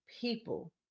people